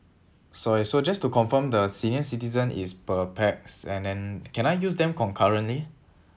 sorry so just to confirm the senior citizen is per pax and then can I use them concurrently